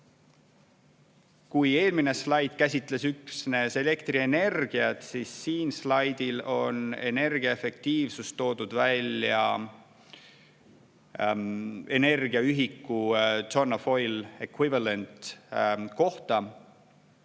Kui eelmine slaid käsitles üksnes elektrienergiat, siis siin slaidil on energiaefektiivsus toodud välja energiaühikutonne of oil equivalentkohta.